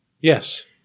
Yes